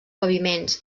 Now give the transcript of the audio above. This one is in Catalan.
paviments